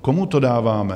Komu to dáváme?